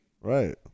Right